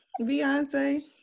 Beyonce